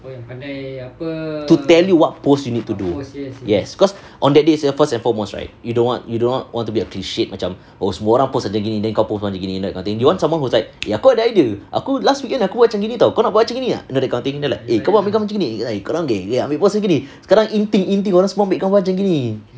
to tell you what pose you need to do yes because on that day is first and foremost right you don't want you don't want to be a cliche macam oh semua orang pose macam gini then kau pose macam gini that kind of thing you want someone who's like aku ada idea aku last weekend aku buat macam gini [tau] kau nak buat macam gini you know that kind of thing then like eh kau ambil gambar macam gini korang geng sekarang in thing in thing orang semua ambil gambar macam gini